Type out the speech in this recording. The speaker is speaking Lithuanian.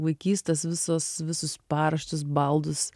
vaikystės visos visus paruoštus baldus